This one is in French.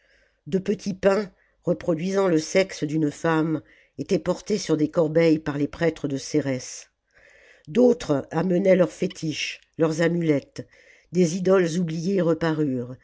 de petits pains reproduisant le sexe d'une femme étaient portés sur des corbeilles par les prêtres de cérès d'autres amenaient leurs fétiches leurs amulettes des idoles oubfiées